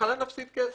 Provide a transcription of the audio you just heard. בהתחלה נפסיד כסף,